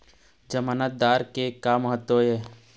जमानतदार के का महत्व हे?